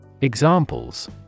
Examples